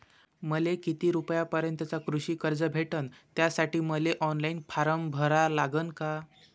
मले किती रूपयापर्यंतचं कृषी कर्ज भेटन, त्यासाठी मले ऑनलाईन फारम भरा लागन का?